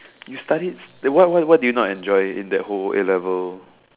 you studied what what what did you not enjoy in that whole A-level